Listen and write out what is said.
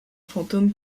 fantôme